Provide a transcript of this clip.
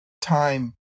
time